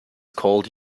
called